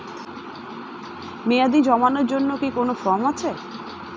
মেয়াদী জমানোর জন্য কি কোন ফর্ম আছে?